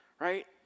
right